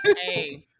Hey